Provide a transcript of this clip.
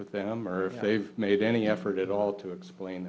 with them or if they've made any effort at all to explain